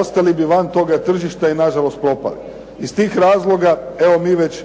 ostali bi van toga tržišta i nažalost propali. Iz tih razloga evo mi već